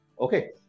Okay